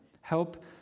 Help